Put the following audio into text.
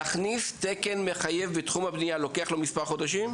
להכניס תקן מחייב לתחום הבנייה לוקח מספר חודשים?